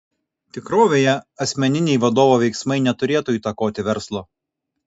tikrovėje asmeniniai vadovo veiksmai neturėtų įtakoti verslo